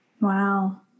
Wow